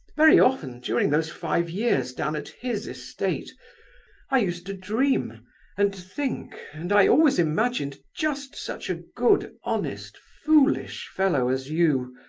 very often during those five years down at his estate i used to dream and think, and i always imagined just such a good, honest, foolish fellow as you,